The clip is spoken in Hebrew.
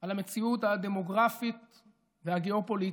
על המציאות הדמוגרפית והגיאו-פוליטית,